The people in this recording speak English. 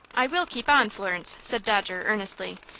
i will keep on, florence, said dodger, earnestly.